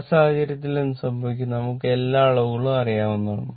ആ സാഹചര്യത്തിൽ എന്ത് സംഭവിക്കും നമുക്ക് എല്ലാ അളവുകളും അറിയാവുന്നതാണ്